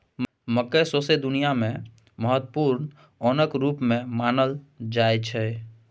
मकय सौंसे दुनियाँ मे महत्वपूर्ण ओनक रुप मे उपजाएल जाइ छै